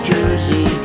Jersey